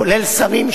כולל שרים,